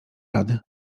rady